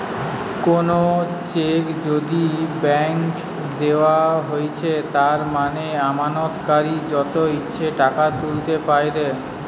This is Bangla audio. কোনো চেক যদি ব্ল্যাংক দেওয়া হৈছে তার মানে আমানতকারী যত ইচ্ছে টাকা তুলতে পাইরে